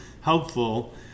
helpful